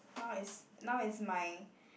now is now is my